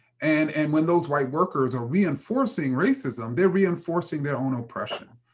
and and when those white workers are reinforcing racism, they're reinforcing their own oppression.